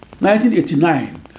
1989